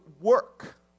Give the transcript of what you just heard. work